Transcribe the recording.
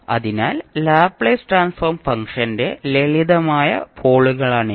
അതിനാൽ Laplace transform ഫംഗ്ഷന്റെ ലളിതമായ പോളുകളാണിവ